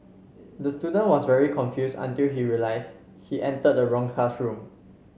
the student was very confused until he realised he entered the wrong classroom